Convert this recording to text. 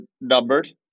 numbered